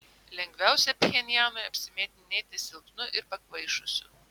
lengviausia pchenjanui apsimetinėti silpnu ir pakvaišusiu